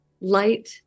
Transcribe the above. light